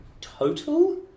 total